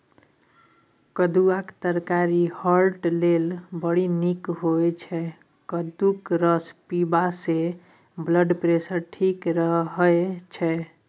कद्दुआक तरकारी हार्ट लेल बड़ नीक होइ छै कद्दूक रस पीबयसँ ब्लडप्रेशर ठीक रहय छै